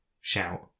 shout